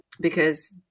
because-